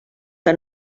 que